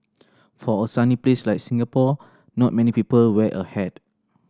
for a sunny place like Singapore not many people wear a hat